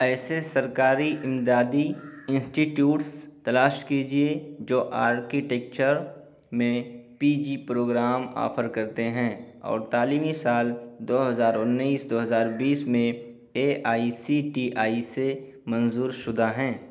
ایسے سرکاری امدادی انسٹیٹیوٹس تلاش کیجیے جو آرکٹیکچر میں پی جی پروگرام آفر کرتے ہیں اور تعلیمی سال دو ہزار انیس دو ہزار بیس میں A I C T E سے منظور شدہ ہیں